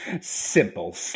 Simple